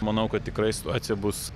manau kad tikrai situacija bus